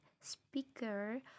speaker